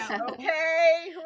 okay